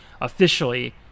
officially